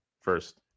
first